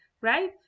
right